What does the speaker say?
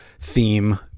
theme